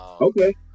Okay